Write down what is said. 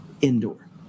indoor